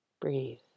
Breathe